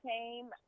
came